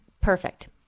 perfect